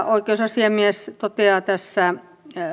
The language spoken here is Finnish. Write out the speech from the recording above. oikeusasiamies toteaa tässä